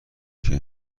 کمی